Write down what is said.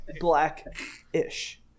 black-ish